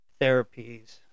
therapies